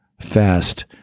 fast